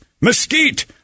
mesquite